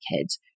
kids